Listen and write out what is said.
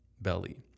belly